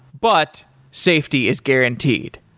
but safety is guaranteed.